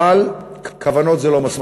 אבל כוונות, זה לא מספיק.